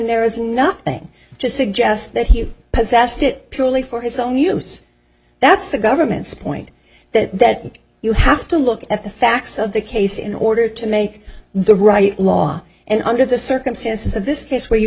there is nothing to suggest that he possessed it purely for his own use that's the government's point that you have to look at the facts of the case in order to make the right law and under the circumstances of this case where you